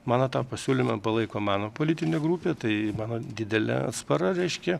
mano tą pasiūlymą palaiko mano politinė grupė tai mano didelė atspara reiškia